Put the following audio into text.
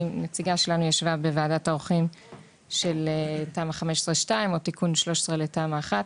נציגה שלנו ישבה בוועדת העורכים של תמ"א 15/2 או תיקון 13 לתמ"א 1,